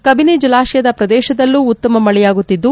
ಕಬಿನಿ ಜಲಾಶಯದ ಪ್ರದೇಶದಲ್ಲೂ ಉತ್ತಮ ಮಳೆಯಾಗುತ್ತಿದ್ದು